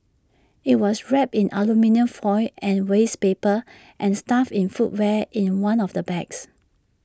IT was wrapped in aluminium foil and waste paper and stuffed in footwear in one of the bags